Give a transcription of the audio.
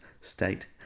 state